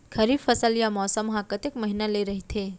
खरीफ फसल या मौसम हा कतेक महिना ले रहिथे?